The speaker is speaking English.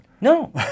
No